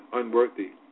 unworthy